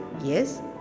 yes